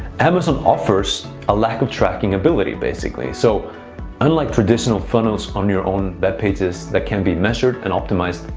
amazon offers a lack of tracking ability basically, so unlike traditional funnels on your own webpages that can be measured and optimized,